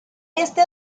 este